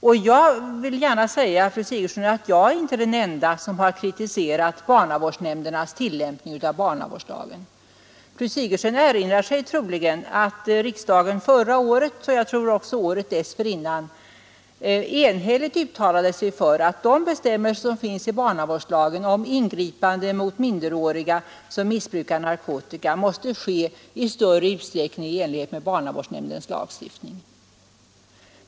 Och jag är inte den enda som har kritiserat barnavårdsnämndernas tillämpning av barnavårdslagen. Fru Sigurdsen erinrar sig troligen att riksdagen förra året — jag tror också året dessförinnan — enhälligt uttalade sig för att ingripanden mot minderåriga som missbrukar narkotika måste enligt barnavårdslagens bestämmelser ske i större utsträckning än hittills.